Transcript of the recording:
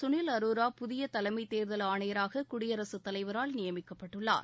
சுனில் அரோரா புதிய தலைமை தேர்தல் ஆணையராக குடியரசுத் தலைவரால் நியமிக்கப்பட்டுள்ளார்